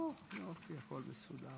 חברי הכנסת,